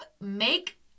make